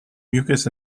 mucus